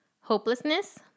hopelessness